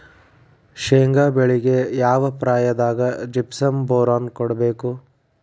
ಶೇಂಗಾ ಬೆಳೆಗೆ ಯಾವ ಪ್ರಾಯದಾಗ ಜಿಪ್ಸಂ ಬೋರಾನ್ ಕೊಡಬೇಕು?